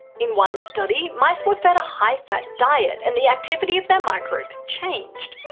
in one study, mice were fed a high-fat diet and the activity of their microbes changed.